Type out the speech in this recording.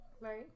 Right